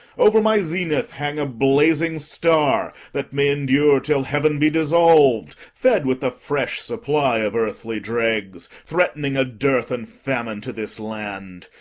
over my zenith hang a blazing star, that may endure till heaven be dissolv'd, fed with the fresh supply of earthly dregs, threatening a dearth and famine to this land!